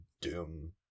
doom